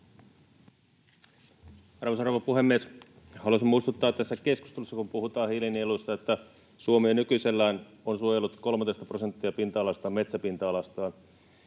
Arvoisa rouva puhemies! Haluaisin muistuttaa tässä keskustelussa, kun puhutaan hiilinieluista, että Suomi jo nykyisellään on suojellut 13 prosenttia metsäpinta-alastaan.